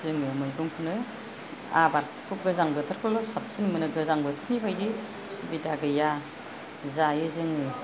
जोङो मैगंखौनो आबादखौ गोजां बोथोरखौल' साबसिन मोनो गोजां बोथोरनि बायदि सुबिदा गैया जायो जोङो